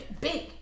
big